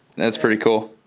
that's pretty cool.